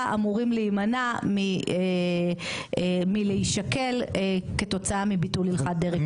אמורים להימנע מלהישקל כתוצאה מביטול הלכת דרעי-פנחסי.